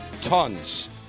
tons